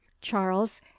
charles